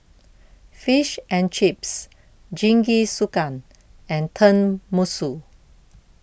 Fish and Chips Jingisukan and Tenmusu